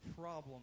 problem